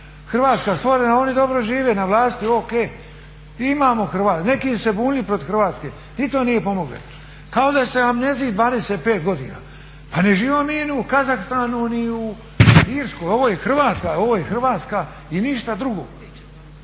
Hrvatska stvorena oni dobro žive na vlasti ok, i imamo Hrvatsku. Neki su se bunili protiv Hrvatske, ni to nije pomoglo. Kao da ste u amneziji 25 godina. Pa ne živimo mi u Kazahstanu ni u Irskoj, ovo je Hrvatska. Ovo